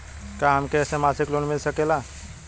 का हमके ऐसे मासिक लोन मिल सकेला?